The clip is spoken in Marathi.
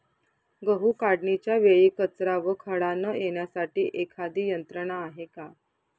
गहू काढणीच्या वेळी कचरा व खडा न येण्यासाठी एखादी यंत्रणा आहे का?